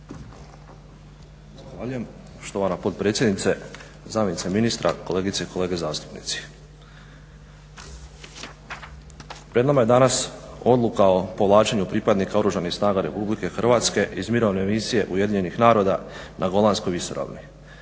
Zahvaljujem štovana potpredsjednice, zamjenice ministra, kolegice i kolege zastupnici. Pred nama je danas Odluka o povlačenju pripadnika Oružanih snaga RH iz Mirovne misije UN-a na Golanskoj visoravni.